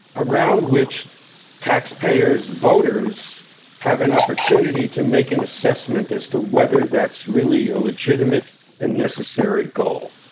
around which tax payers voters have an opportunity to make an assessment as to whether that's really a legitimate and necessary goal.